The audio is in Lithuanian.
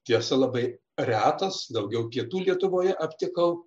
tiesa labai retas daugiau kitų lietuvoje aptikau